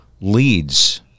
leads